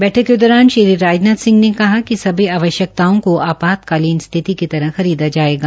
बैठक के दौरान श्री राजनाथ सिंह ने कहा कि सभी आवश्यकताओं को आपातकालीन स्थिति की तरह खरीदा जायेगा